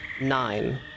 nine